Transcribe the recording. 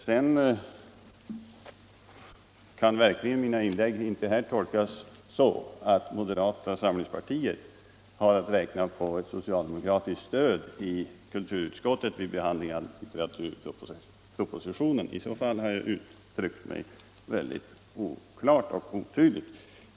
Mina inlägg här skall verkligen inte tolkas så, att moderata samlingspartiet har att räkna på ett socialdemokratiskt stöd i kulturutskottet vid behandlingen av litteraturpropositionen: i så fall har jag uttryckt mig väldigt oklart.